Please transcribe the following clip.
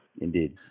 indeed